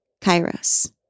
Kairos